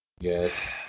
Yes